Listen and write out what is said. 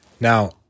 now